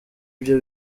ibyo